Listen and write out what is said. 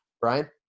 Brian